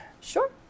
Sure